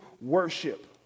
worship